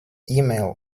emails